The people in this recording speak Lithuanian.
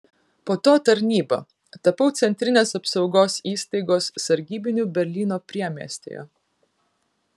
po to tarnyba tapau centrinės apsaugos įstaigos sargybiniu berlyno priemiestyje